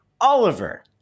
Oliver